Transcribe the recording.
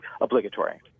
obligatory